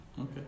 Okay